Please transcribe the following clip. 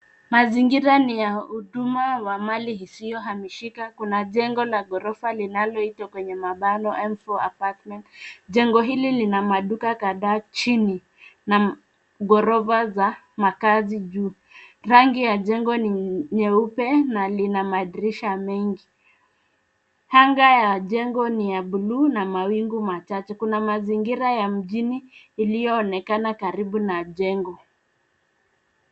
Mazingira ni ya huduma wa mali isiyohamishika. Kuna jengo la ghorofa linaloitwa kwenye mabano M4 Apartment Jengo hili lina maduka kadhaa chini na ghorofa za makaazi juu. Rangi ya jengo ni nyeupe na lina madirisha mengi. Anga ya jengo ni ya bluu na mawingu machache. Kuna mazingira ya mjini iliyoonekana karibu na jengo.